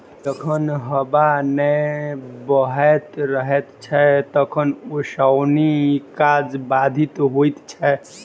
जखन हबा नै बहैत रहैत छै तखन ओसौनी काज बाधित होइत छै